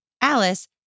Alice